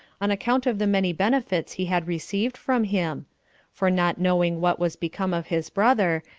on account of the many benefits he had received from him for not knowing what was become of his brother,